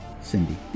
Cindy